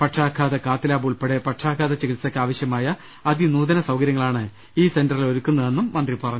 പക്ഷാ ഘാത cath lab ഉൾപ്പെടെ പക്ഷാഘാത ചികിത്സയ്ക്കാവശ്യമായ അതിനൂ തന സൌകര്യങ്ങളാണ് ഈ സെന്ററിൽ ഒരുക്കുന്നതെന്നും മന്ത്രി പറഞ്ഞു